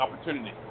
opportunity